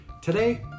Today